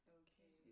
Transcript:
okay